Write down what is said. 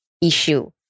issue